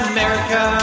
America